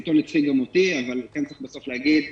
צריך בסוף להגיד,